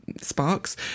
Sparks